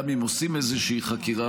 גם אם עושים איזו חקירה,